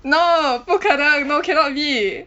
no 不可能 no cannot be